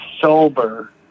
sober